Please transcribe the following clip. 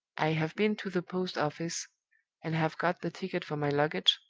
i have been to the post-office, and have got the ticket for my luggage,